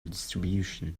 distribution